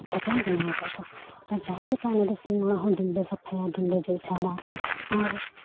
ᱛᱚᱠᱚᱧ ᱞᱮ ᱵᱮᱱᱟᱣ ᱟᱠᱟᱫ ᱠᱚᱣᱟ ᱟᱨ ᱡᱟᱦᱟᱸᱞᱮᱠᱟ ᱚᱱᱟ ᱫᱚ ᱥᱤᱢ ᱚᱲᱟᱜ ᱦᱚᱸ ᱫᱤᱱ ᱞᱮ ᱥᱟᱯᱷᱟᱭᱟ ᱫᱤᱱ ᱞᱮ ᱡᱚᱜ ᱡᱷᱟᱲᱟ ᱟᱨ